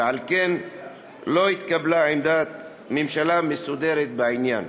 ועל כן לא התקבלה עמדת ממשלה מסודרת של הממשלה בעניין.